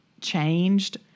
changed